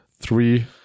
three